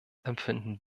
empfinden